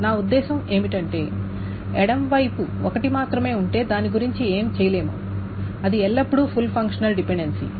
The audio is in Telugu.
నా ఉద్దేశ్యం ఏమిటంటే ఎడమ వైపు ఒకటి మాత్రమే ఉంటే దాని గురించి ఏమీ చేయలేము అది ఎల్లప్పుడూ ఫుల్ డిపెండెన్సీ